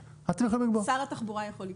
שר התחבורה יכול לקבוע.